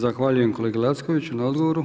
Zahvaljujem kolegi Lackoviću na odgovoru.